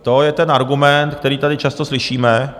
To je ten argument, který tady často slyšíme.